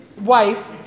wife